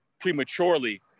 prematurely